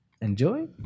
Enjoy